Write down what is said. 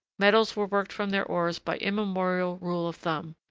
metals were worked from their ores by immemorial rule of thumb,